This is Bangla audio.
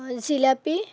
জিলাপি